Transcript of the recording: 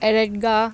એરેગા